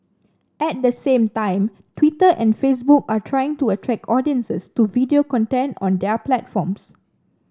at the same time Twitter and Facebook are trying to attract audiences to video content on their platforms